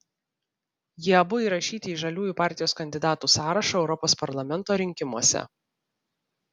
jie abu įrašyti į žaliųjų partijos kandidatų sąrašą europos parlamento rinkimuose